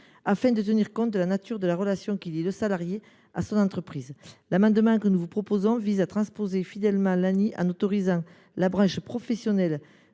afin de tenir compte de la nature de la relation qui lie le salarié à son entreprise ». L’amendement que nous proposons vise à transposer fidèlement l’ANI en autorisant la branche professionnelle